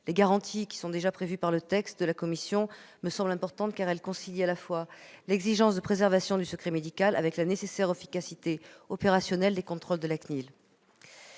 Les garanties déjà prévues dans le texte de la commission me semblent importantes, car elles concilient à la fois l'exigence de préservation du secret médical et la nécessaire efficacité opérationnelle des contrôles de la CNIL.